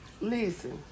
Listen